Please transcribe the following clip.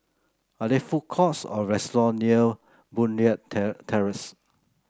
are there food courts or restaurant near Boon Leat Terrace